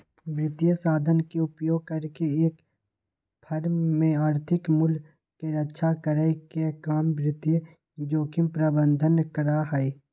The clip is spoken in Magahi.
वित्तीय साधन के उपयोग करके एक फर्म में आर्थिक मूल्य के रक्षा करे के काम वित्तीय जोखिम प्रबंधन करा हई